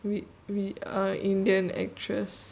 we we err indian actress